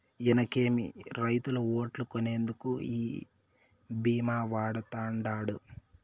ఇనకేమి, రైతుల ఓట్లు కొనేందుకు ఈ భీమా వాడతండాడు